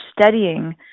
studying